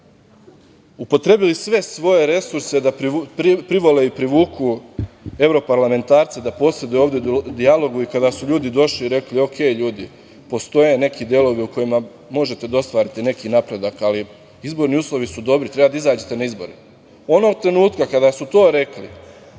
upotrebili sve svoje resurse da privole i privuku evroparlamentarce da posreduju ovde u dijalogu i kada su ljudi došli i rekli – okej, ljudi, postoje neki delovi u kojima možete da ostvarite neki napredak, ali izborni uslovi su dobri, treba da izađete na izbore. Onog trenutka kada su to rekli,